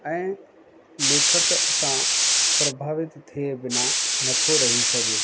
ऐं लेखक असां प्रभावित थिए बिना नथो रही सघे